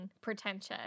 pretentious